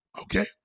Okay